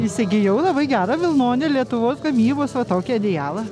įsigijau labai gerą vilnonį lietuvos gamybos va tokį adijalą